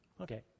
Okay